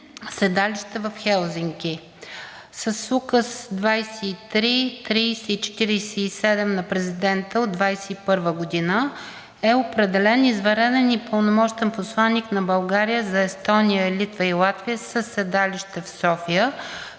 седалище в Хелзинки. С укази № 23, № 30 и № 47 на президента от 2021 г. е определен извънреден и пълномощен посланик на България за Естония, Литва и Латвия със седалище в София,